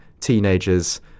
teenagers